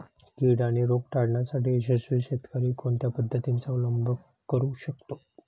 कीड आणि रोग टाळण्यासाठी यशस्वी शेतकरी कोणत्या पद्धतींचा अवलंब करू शकतो?